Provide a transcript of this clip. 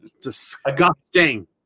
Disgusting